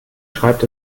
schreibt